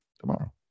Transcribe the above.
tomorrow